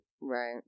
Right